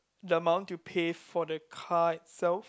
the amount you pay for the car itself